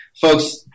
folks